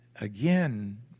Again